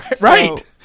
Right